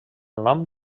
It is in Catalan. nom